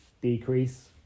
Decrease